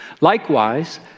likewise